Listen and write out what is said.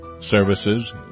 services